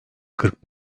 kırk